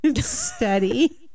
steady